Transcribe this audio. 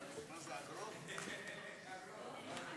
30